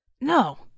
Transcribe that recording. No